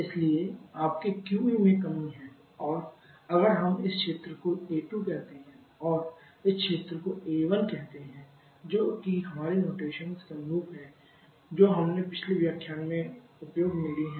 इसलिए आपके QE में कमी है और अगर हम इस क्षेत्र को A2 कहते हैं और इस क्षेत्र को A1 कहते हैं जो कि हमारी नोटेशंस के अनुरूप हैं जो हमने पिछले व्याख्यान में उपयोग में ली है